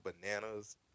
bananas